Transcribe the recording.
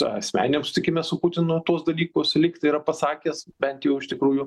asmeniniam susitikime su putinu tuos dalykus lygtai yra pasakęs bent jau iš tikrųjų